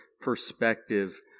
perspective